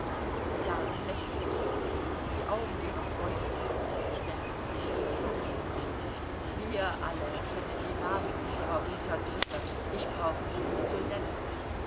die damen lächelten hold die augen ihrer freunde blitzten verständnisinnig verlegen wir alle kennen die namen unserer unterdrücker ich brauche sie nicht zu nennen